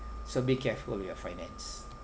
so be careful with your finance